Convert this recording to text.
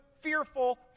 fearful